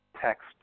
text